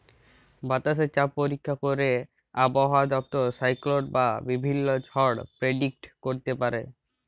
বাতাসে চাপ পরীক্ষা ক্যইরে আবহাওয়া দপ্তর সাইক্লল বা বিভিল্ল্য ঝড় পের্ডিক্ট ক্যইরতে পারে